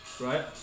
right